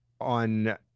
on